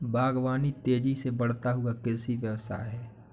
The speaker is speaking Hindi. बागवानी तेज़ी से बढ़ता हुआ कृषि व्यवसाय है